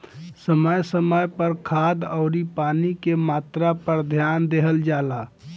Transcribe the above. समय समय पर खाद अउरी पानी के मात्रा पर ध्यान देहल जला